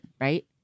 right